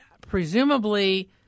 presumably